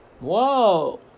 Whoa